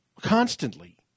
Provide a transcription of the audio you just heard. constantly